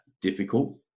difficult